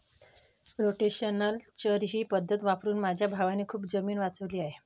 rotational चर ही पद्धत वापरून माझ्या भावाने खूप जमीन वाचवली आहे